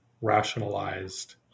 rationalized